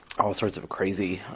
all sorts of crazy,